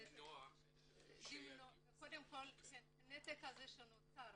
קודם כול הנתק שנוצר.